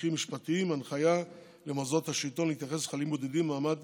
הליכים משפטיים והנחיה למוסדות השלטון להתייחס לחיילים הבודדים במעמד